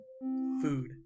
Food